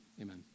Amen